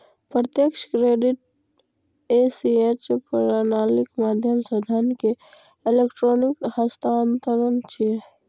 प्रत्यक्ष credit ACH प्रणालीक माध्यम सं धन के इलेक्ट्रिक हस्तांतरण छियै